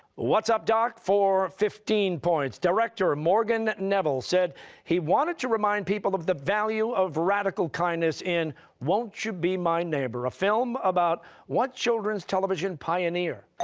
what's up, doc? for fifteen points. director morgan neville said he wanted to remind people of the value of radical kindness in won't you be my neighbor, a film about what children's television pioneer?